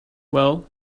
well